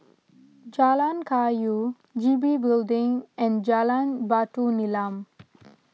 Jalan Kayu G B Building and Jalan Batu Nilam